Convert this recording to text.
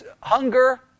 hunger